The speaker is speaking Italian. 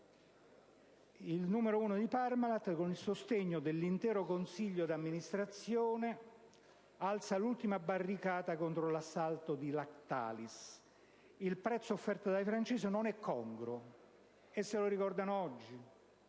«Il numero uno di Parmalat, con il sostegno dell'intero consiglio d'amministrazione, alza l'ultima barricata contro l'assalto di Lactalis. "Il prezzo offerto dai francesi non è congruo", dicono da